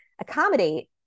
accommodate